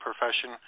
profession